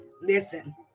listen